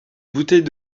bouteille